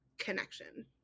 connection